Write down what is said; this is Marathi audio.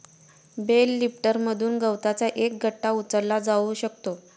बेल लिफ्टरमधून गवताचा एक गठ्ठा उचलला जाऊ शकतो